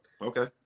Okay